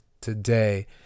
today